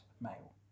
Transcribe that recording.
male